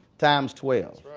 times twelve.